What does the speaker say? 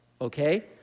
okay